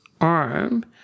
arm